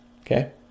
Okay